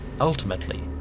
Ultimately